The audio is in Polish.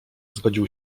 zgodził